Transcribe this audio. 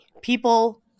People